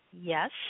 yes